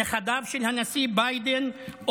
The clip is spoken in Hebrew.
נכדיו של הנשיא ביידן,